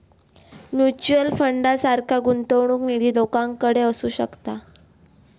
mutual फंडासारखा गुंतवणूक निधी लोकांकडे असू शकता